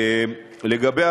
לגבי